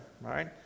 right